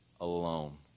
Alone